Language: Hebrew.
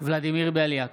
ולדימיר בליאק,